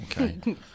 Okay